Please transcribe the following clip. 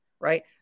right